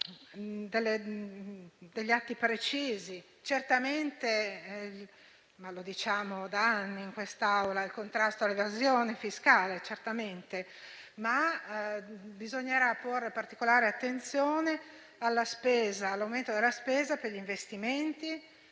degli atti precisi, come lo è certamente - lo diciamo da anni in quest'Aula - il contrasto all'evasione fiscale. Bisognerà, poi, porre particolare attenzione all'aumento della spesa per gli investimenti,